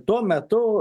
tuo metu